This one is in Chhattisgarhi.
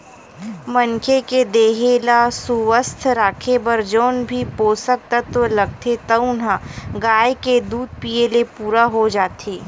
मनखे के देहे ल सुवस्थ राखे बर जउन भी पोसक तत्व लागथे तउन ह गाय के दूद पीए ले पूरा हो जाथे